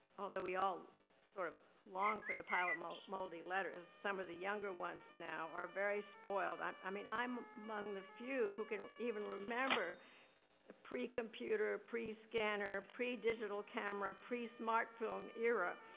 although we all sort of long for the pile of moldy moldy letters, some of the younger ones now are very spoiled. i mean, i'm among the few who can even remember the pre-computer, pre-scanner, pre-digital camera, pre-smartphone era,